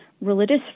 religious